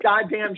goddamn